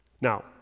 Now